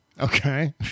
okay